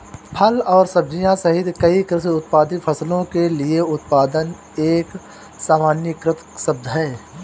फल और सब्जियां सहित कई कृषि उत्पादित फसलों के लिए उत्पादन एक सामान्यीकृत शब्द है